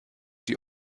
die